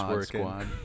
squad